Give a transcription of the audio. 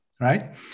right